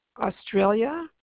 Australia